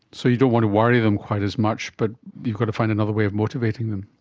so you don't want to worry them quite as much, but you've got to find another way of motivating them.